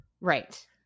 right